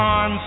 on